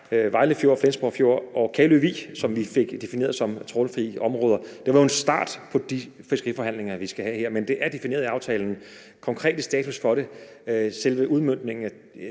Vejle Fjord, Flensborg Fjord og Kalø Vig, som vi fik defineret som trawlfri områder. Det var jo en start på de fiskeriforhandlinger, vi skal have her. Men det er defineret i aftalen. Så er der den konkrete status for det og selve udmøntningen –